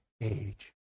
age